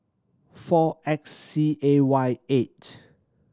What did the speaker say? four X C A Y eight